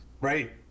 Right